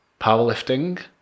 powerlifting